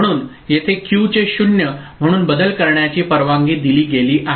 म्हणून येथे Q चे 0 म्हणून बदल करण्याची परवानगी दिली गेली आहे